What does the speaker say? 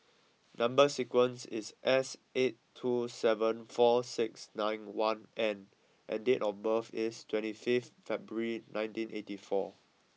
number sequence is S eight two seven four six nine one N and date of birth is twenty fifth February nineteen eighty four